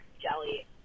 jelly